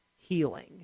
healing